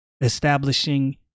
establishing